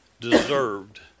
deserved